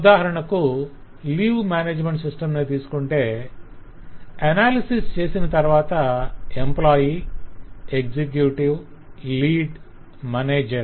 ఉదాహరణకు leave management system నే తీసుకొంటే అనాలిసిస్ చేసిన తరవాత ఎంప్లాయ్ ఎగ్జిక్యూటివ్ లీడ్ మేనేజర్